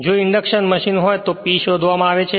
જો induction machine હોય તો P શોધવામાં આવે છે